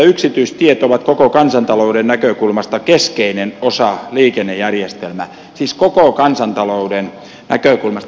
yksityistiet ovat koko kansantalouden näkökulmasta keskeinen osa liikennejärjestelmää siis koko kansantalouden näkökulmasta